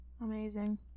Amazing